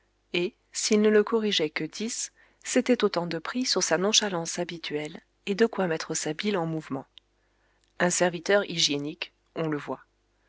et s'il ne le corrigeait que dix c'était autant de pris sur sa nonchalance habituelle et de quoi mettre sa bile en mouvement un serviteur hygiénique on le voit